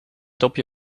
dopje